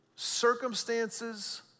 Circumstances